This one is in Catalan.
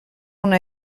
una